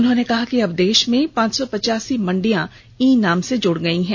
उन्होंने कहा कि अब देश में पांच सौ पचासी मंडियां ई नाम से जुड़ गयी हैं